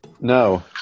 No